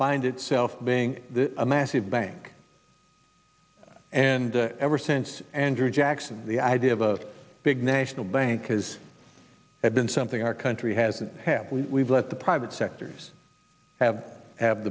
find itself being a massive bank and ever since andrew jackson the idea of a big national bank has been something our country has and have we've let the private sectors have have